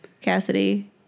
Cassidy